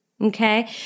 okay